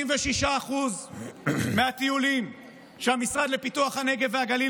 86% מהטיולים שהמשרד לפיתוח הנגב והגליל